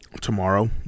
tomorrow